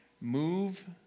move